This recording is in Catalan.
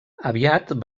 aviat